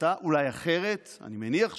החלטה אולי אחרת, אני מניח שאחרת.